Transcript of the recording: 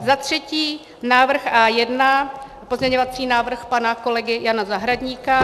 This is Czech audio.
Za třetí návrh A1, pozměňovací návrh pana kolegy Jana Zahradníka.